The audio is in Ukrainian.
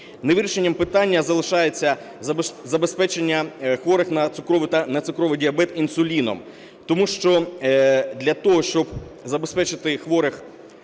Невирішеним питання залишається забезпечення хворих на цукровий та нецукровий діабет інсуліном. Тому що для того, щоб забезпечити хворих